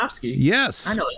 Yes